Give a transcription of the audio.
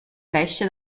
pesce